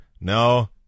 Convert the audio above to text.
No